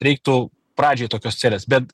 reiktų pradžiai tokios celės bet